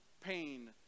pain